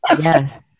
Yes